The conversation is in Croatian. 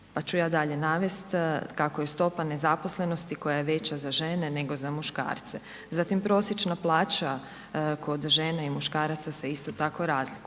pa ću ja dalje navesti kako je stopa nezaposlenosti koja je veća za žene nego za muškarce. Zatim prosječna plaća kod žena i kod muškaraca se isto tako razlikuje.